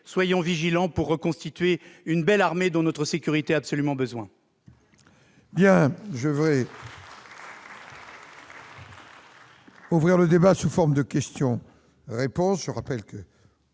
Soyons vigilants à reconstituer une belle armée, dont notre sécurité a absolument besoin